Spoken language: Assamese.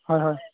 হয় হয়